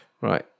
right